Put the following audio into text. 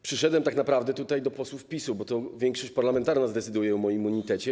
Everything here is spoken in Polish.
Przyszedłem tak naprawdę do posłów PiS-u, bo to większość parlamentarna zdecyduje o moim immunitecie.